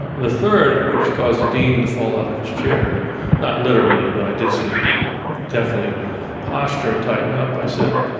the third, which caused the dean to fall out of his chair not literally, but i did see him definitely posture and tighten up. i said,